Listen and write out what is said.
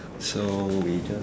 so we just